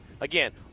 Again